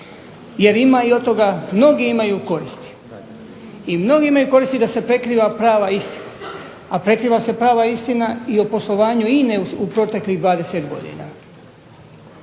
Jer ima i od toga mnogi imaju koristi. I mnogi imaju koristi da se prikriva prava istina, a prikriva se prava istina i o poslovanju INA-e u proteklih 20 godina.